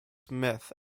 myth